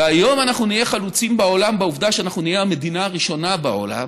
היום אנחנו נהיה חלוצים בעולם בעובדה שאנחנו נהיה המדינה הראשונה בעולם